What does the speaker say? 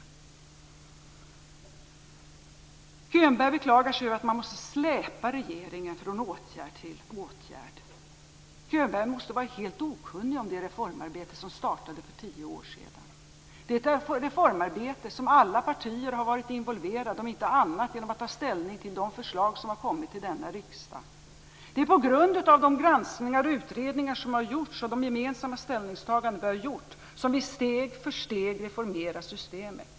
Bo Könberg beklagar sig över att man måste släpa regeringen från åtgärd till åtgärd. Könberg måste vara helt okunnig om det reformarbete som startade för tio år sedan. Detta reformarbete har alla partier varit involverade i, om inte annat så genom att ta ställning till de förslag som har kommit till denna riksdag. Det är på grundval av de granskningar och utredningar och de gemensamma ställningstaganden som vi har gjort som vi steg för steg reformerat systemet.